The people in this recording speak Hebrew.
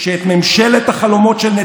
את התקדמות הגוף